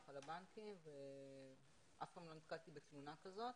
על הבנקים ואף פעם לא נתקלתי בתלונה כזאת.